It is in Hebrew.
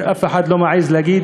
ואף אחד לא מעז להגיד: